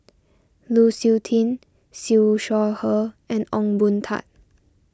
Lu Suitin Siew Shaw Her and Ong Boon Tat